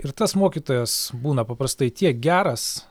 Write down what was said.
ir tas mokytojas būna paprastai tiek geras